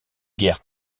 guerre